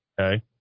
Okay